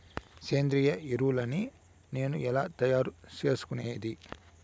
సేంద్రియ ఎరువులని నేను ఎలా తయారు చేసుకునేది?